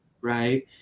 right